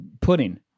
pudding